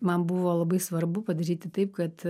man buvo labai svarbu padaryti taip kad